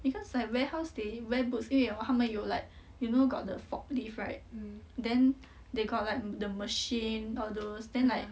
because like warehouse they wear boots 因为哦他们有 like you know got the forklift right then they got like the machine all those then like